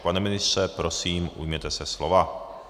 Pane ministře, prosím, ujměte se slova.